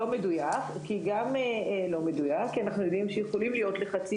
כי גם אנחנו יודעים שיכולים להיות לחצים